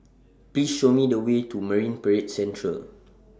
Please Show Me The Way to Marine Parade Central